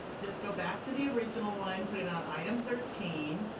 just go back to the original one, and put it on item thirteen,